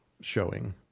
showing